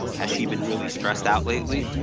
has she been really stressed out lately,